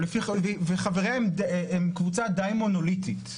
וחבריה הם קבוצה די מונוליטית.